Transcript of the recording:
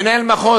מנהל מחוז,